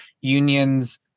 unions